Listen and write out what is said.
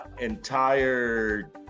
entire